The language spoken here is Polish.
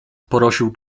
prosił